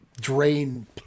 drain